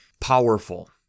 powerful